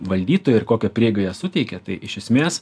valdytojai ir kokią prieigą jie suteikė tai iš esmės